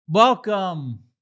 Welcome